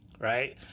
Right